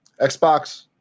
Xbox